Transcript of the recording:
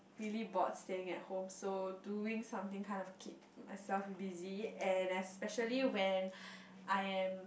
really bored staying at home so doing something kind of keep myself busy and especially when I am